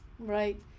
Right